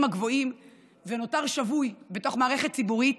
הגבוהים ונותר שבוי בתוך מערכת ציבורית,